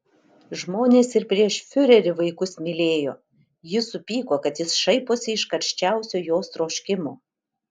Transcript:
žmonės ir prieš fiurerį vaikus mylėjo ji supyko kad jis šaiposi iš karščiausio jos troškimo